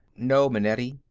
no, manetti.